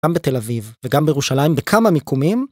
גם בתל אביב וגם בירושלים בכמה מיקומים.